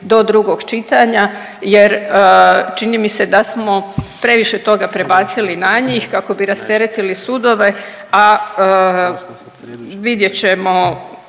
do drugog čitanja jer čini mi se da smo previše toga prebacili na njih kako bi rasteretili sudove, a vidjet ćemo